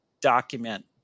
document